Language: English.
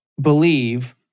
believe